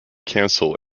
council